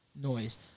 noise